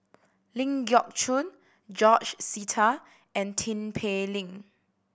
Ling Geok Choon George Sita and Tin Pei Ling